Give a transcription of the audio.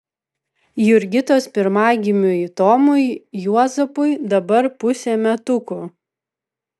jurgitos pirmagimiui tomui juozapui dabar pusė metukų